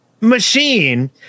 machine